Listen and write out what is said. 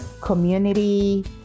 community